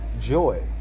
joy